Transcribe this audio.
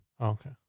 Okay